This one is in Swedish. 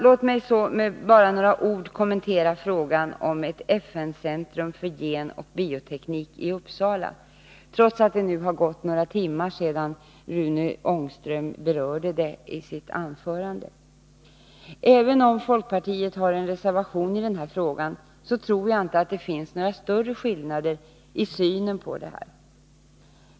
Låt mig så med några ord kommentera frågan om ett FN-centrum för genoch bioteknik i Uppsala, trots att det nu gått några timmar sedan Rune Ångström berörde frågan i sitt anförande. Även om folkpartiet har en reservation i denna fråga tror jag inte att det finns några stora skillnader i synen på detta.